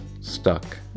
stuck